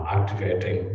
Activating